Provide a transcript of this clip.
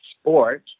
sport